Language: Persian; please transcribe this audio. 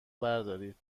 بردارید